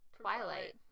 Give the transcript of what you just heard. Twilight